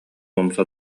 умса